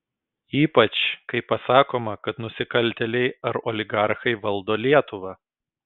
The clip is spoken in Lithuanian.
ypač kai pasakoma kad nusikaltėliai ar oligarchai valdo lietuvą